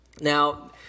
Now